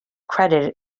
credited